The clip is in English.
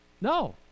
No